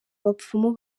bapfumu